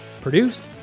produced